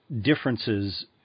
differences